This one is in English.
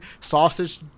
sausage